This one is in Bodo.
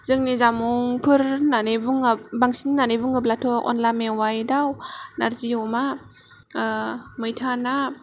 जोंनि जामुंफोर होन्नानै बुङो बांसिन होन्नानै बुङोब्लाथ' अनला मेवाय दाउ नारजि अमा मैथा ना